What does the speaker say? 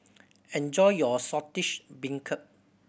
enjoy your Saltish Beancurd